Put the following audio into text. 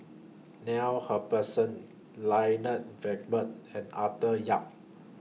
Neil Humphreys Lloyd Valberg and Arthur Yap